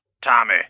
Tommy